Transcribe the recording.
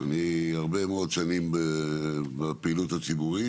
אני הרבה מאוד שנים בפעילות הציבורית